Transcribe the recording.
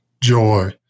joy